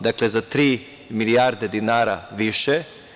Dakle, za tri milijarde dinara više.